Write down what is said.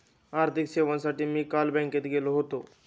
आर्थिक सेवांसाठी मी काल बँकेत गेलो होतो